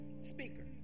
Speaker